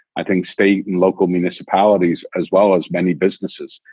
i think, state and local municipalities as well as many businesses,